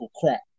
crap